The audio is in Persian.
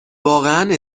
واقعا